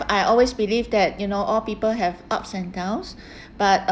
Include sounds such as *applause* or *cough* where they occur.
I always believe that you know all people have ups and downs *breath* but